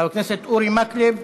חבר הכנסת אורי מקלב,